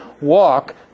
walk